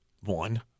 One